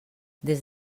des